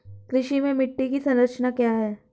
कृषि में मिट्टी की संरचना क्या है?